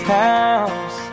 house